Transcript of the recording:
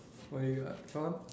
what you